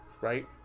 Right